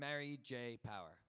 mary j power